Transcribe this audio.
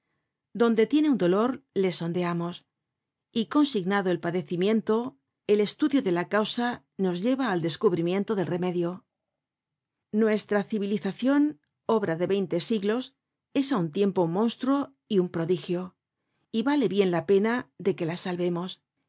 donde tiene un dolor le sondeamos y consignado el padecimiento el estudio de la causa nos lleva al descubrimiento del remedio nuestra civilizacion obra de veinte siglos es á un tiempo un monstruo y un prodigio y vale bien la pena de que la salvemos